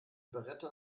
beretta